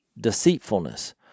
deceitfulness